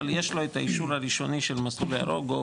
אבל יש לו את האישור הראשוני של המסלול הירוק?